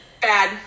Bad